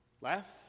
left